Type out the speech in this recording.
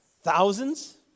Thousands